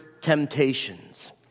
temptations